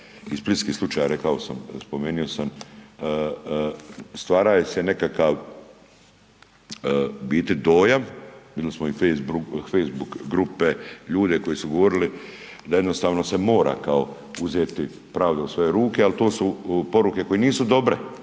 i splitski slučaj rekao sam, spomenuo sam stvaraju se nekakav u biti dojam, vidjeli smo i facebook grupe ljude koji su govorili da jednostavno se mora kao uzeti pravda u svoje ruke, ali to su poruke koje nisu dobre.